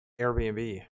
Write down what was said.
Airbnb